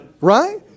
right